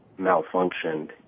malfunctioned